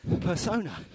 persona